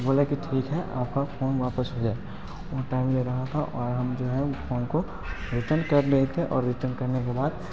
बोला कि ठीक है आपका फ़ोन वापस हो जाएगा बहुत टाइम ले रहा था और हम जो है फ़ोन को रिटर्न कर रहे थे और रिटर्न करने के बाद